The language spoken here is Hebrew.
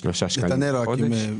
תני לי לפתוח את הישיבה.